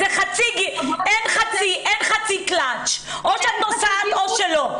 אין חצי קלאצ', או שאת נוסעת או שלא.